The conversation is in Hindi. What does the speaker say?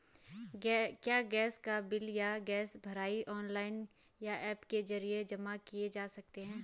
क्या गैस का बिल या गैस भराई ऑनलाइन या ऐप के जरिये जमा किये जा सकते हैं?